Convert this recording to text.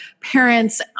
parents